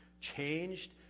changed